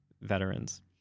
veterans